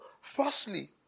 firstly